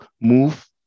move